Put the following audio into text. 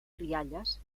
rialles